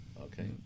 Okay